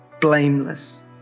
blameless